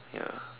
ya